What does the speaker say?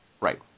Right